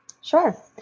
Sure